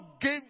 give